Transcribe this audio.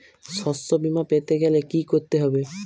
শষ্যবীমা পেতে গেলে কি করতে হবে?